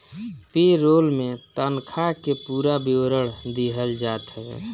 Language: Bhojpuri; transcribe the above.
पे रोल में तनखा के पूरा विवरण दिहल जात हवे